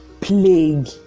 plague